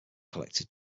collected